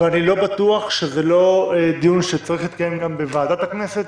אני לא בטוח שזה לא דיון שצריך להתקיים גם בוועדת הכנסת,